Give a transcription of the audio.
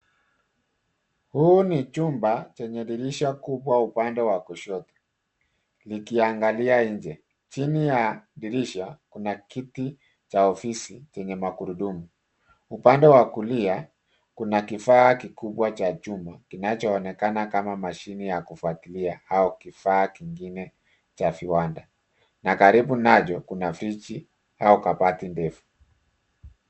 Huu ni chumba chenye dirisha kubwa upande wa kushoto. Likiangalia nje. Chini ya dirisha, kuna kiti cha ofisi chenye magurudumu. Upande wa kulia, kuna kifaa kikubwa cha chuma kinachoonekana kama mashine ya kufagilia au kifaa kingine cha viwanda. Na karibu nacho, kuna friji au kabati ndefu.